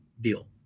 deal